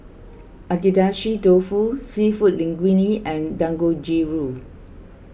Agedashi Dofu Seafood Linguine and Dangojiru